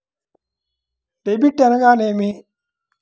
Debit అనగానేమి?